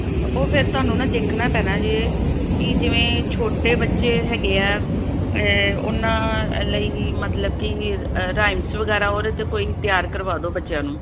ਅੱਛਾ ਉਹ ਫਿਰ ਤੁਹਨੂੰ ਨਾ ਦੇਖਣਾ ਪੈਣਾ ਜੇ ਕਿ ਜਿਵੇਂ ਛੋਟੇ ਬੱਚੇ ਹੈਗੇ ਹੈ ਉਹਨਾਂ ਲਈ ਮਤਲਬ ਕਿ ਰਾਇੰਮਸ ਵਗੈਰਾ ਉਹਦੇ 'ਤੇ ਕੋਈ ਤਿਆਰ ਕਰਵਾ ਦਿਉ ਬੱਚਿਆਂ ਨੂੰ